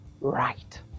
right